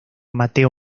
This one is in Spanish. mateo